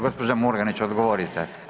Gospođo Murganić, odgovorite.